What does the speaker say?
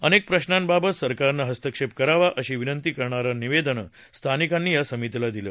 अनेक प्रश्नागाबाबत सरकारनं हस्तक्षेप करावा अशी विनंती करणारी निवेदनं स्थानिकांनी या समितीला दिली